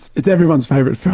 it's everyone's favourite